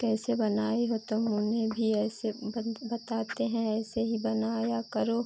कैसे बनाई हो तो हम उन्हें भी ऐसे बताते हैं ऐसे ही बनाया करो